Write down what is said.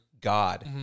God